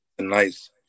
nice